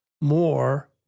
more